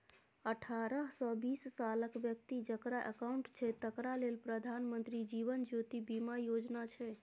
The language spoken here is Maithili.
अठारहसँ बीस सालक बेकती जकरा अकाउंट छै तकरा लेल प्रधानमंत्री जीबन ज्योती बीमा योजना छै